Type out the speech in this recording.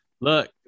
look